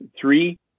three